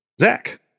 Zach